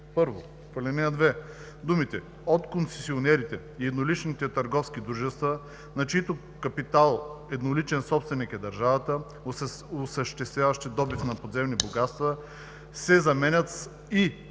1. В ал. 2 думите „от концесионерите и едноличните търговски дружества, на чийто капитал едноличен собственик е държавата, осъществяващи добив на подземни богатства“ се заменят с